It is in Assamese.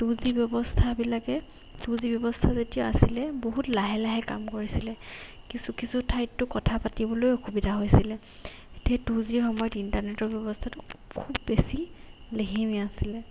টু জি ব্যৱস্থাবিলাকে টু জি ব্যৱস্থা যেতিয়া আছিলে বহুত লাহে লাহে কাম কৰিছিলে কিছু কিছু ঠাইততো কথা পাতিবলৈ অসুবিধা হৈছিলে এতিয়া টু জিৰ সময়ত ইণ্টাৰনেটৰ ব্যৱস্থাটো খুব বেছি লেহেমীয়া আছিলে